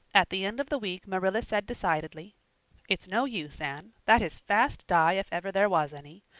at the end of the week marilla said decidedly it's no use, anne. that is fast dye if ever there was any.